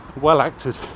well-acted